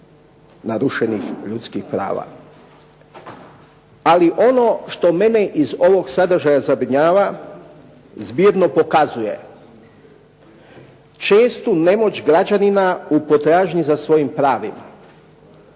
narušenih ljudskih prava. Ali ono što mene iz ovog sadržaja zabrinjava zbirno pokazuje čestu nemoć građanina u potražnji za svojim pravima.